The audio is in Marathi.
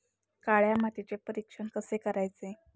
काळ्या मातीचे परीक्षण कसे करायचे?